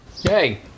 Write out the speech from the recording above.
Hey